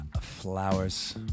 Flowers